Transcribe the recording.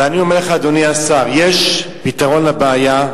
ואני אומר לך, אדוני השר: יש פתרון לבעיה.